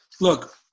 Look